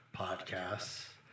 podcasts